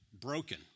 broken